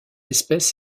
espèce